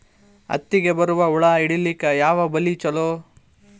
ಹತ್ತಿಗ ಬರುವ ಹುಳ ಹಿಡೀಲಿಕ ಯಾವ ಬಲಿ ಚಲೋ?